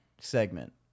segment